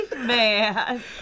man